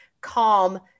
calm